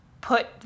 put